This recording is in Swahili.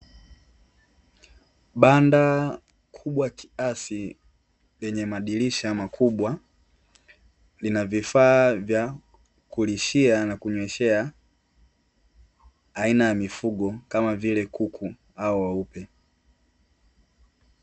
Banda kubwa kiasi lenye madirisha makubwa lina vifaa vya kulishia na kunyweshea mifugo kama vile; kuku hao weupe.